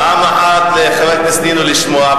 פעם אחת לחברת הכנסת נינו לשמוע,